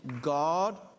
God